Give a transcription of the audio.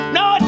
no